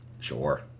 Sure